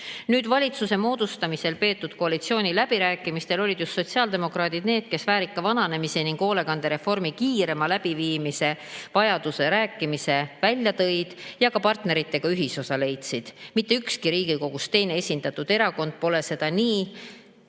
Valitsuse moodustamisel peetud koalitsiooniläbirääkimistel olid just sotsiaaldemokraadid need, kes väärika vananemise ning hoolekande reformi kiirema läbiviimise vajaduse välja tõid ja partneritega ühisosa leidsid. Mitte ükski Riigikogus esindatud erakond pole seda nii